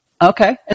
Okay